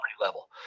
level